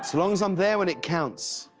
long as i'm there when it counts.